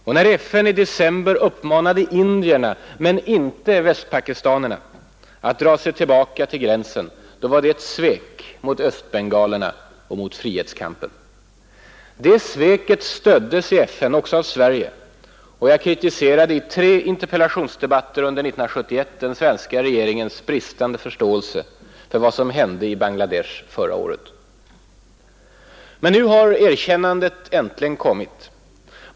Och när FN i december uppmanade indierna, men inte västpakistanerna, att dra sig tillbaka till gränsen var det ett svek mot östbengalerna och mot frihetskampen. Det sveket stöddes i FN också av Sverige, och jag kritiserade i tre interpellationsdebatter under 1971 den svenska regeringens bristande förståelse för vad som hände i Bangladesh under förra året. Men nu har erkännandet äntligen kommit.